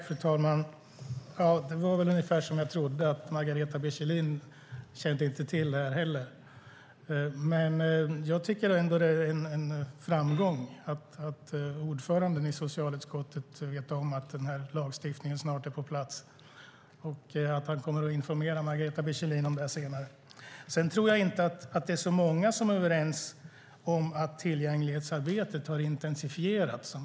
Fru talman! Det var ungefär som jag trodde, nämligen att Margareta B Kjellin kände inte till detta heller. Det är ändå en framgång att ordföranden i socialutskottet vet om att lagstiftningen snart är på plats och att han kommer att informera Margareta B Kjellin senare. Jag tror inte att så många är överens om att tillgänglighetsarbetet har intensifierats.